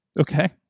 Okay